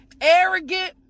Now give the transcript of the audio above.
arrogant